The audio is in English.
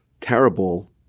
terrible